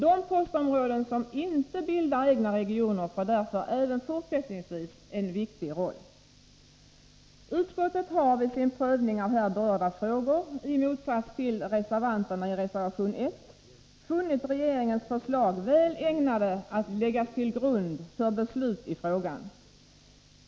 De postområden som inte 107 bildar egna regioner får därför även fortsättningsvis en viktig roll. Utskottet har vid sin prövning av här berörda frågor — i motsats till vad reservanterna anfört i reservation 1 — funnit regeringens förslag väl ägnade att läggas till grund för beslut i frågan.